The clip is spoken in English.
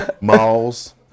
Malls